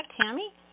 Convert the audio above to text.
Tammy